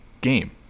game